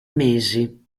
mesi